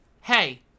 hey